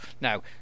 Now